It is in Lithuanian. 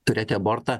turėti abortą